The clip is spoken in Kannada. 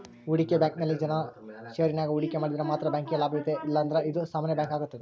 ಹೂಡಿಕೆ ಬ್ಯಾಂಕಿಂಗ್ನಲ್ಲಿ ಜನ ಷೇರಿನಾಗ ಹೂಡಿಕೆ ಮಾಡಿದರೆ ಮಾತ್ರ ಬ್ಯಾಂಕಿಗೆ ಲಾಭವಿದೆ ಇಲ್ಲಂದ್ರ ಇದು ಸಾಮಾನ್ಯ ಬ್ಯಾಂಕಾಗುತ್ತದೆ